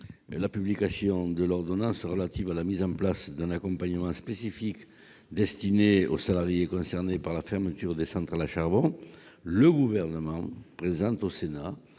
la publication de l'ordonnance relative à la mise en place d'un accompagnement spécifique destiné aux salariés concernés par la fermeture des centrales à charbon, le Gouvernement devra présenter au Sénat